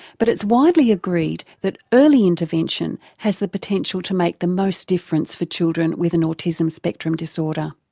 but it's widely agreed that early intervention has the potential to make the most difference for children with an autism spectrum disorder.